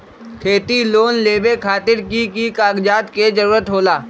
खेती लोन लेबे खातिर की की कागजात के जरूरत होला?